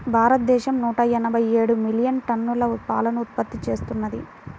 భారతదేశం నూట ఎనభై ఏడు మిలియన్ టన్నుల పాలను ఉత్పత్తి చేస్తున్నది